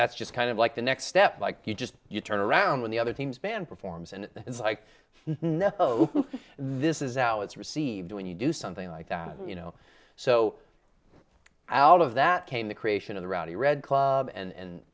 's just kind of like the next step like you just you turn around when the other teams band performs and it's like this is out it's received when you do something like that you know so out of that came the creation of the rowdy red club and